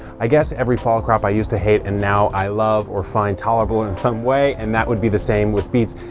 i guess every fall crop i used to hate, and now i love or find tolerable in some way. and that would be the same with beets.